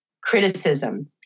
criticism